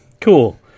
Cool